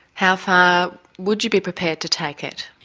how far would you be prepared to take it?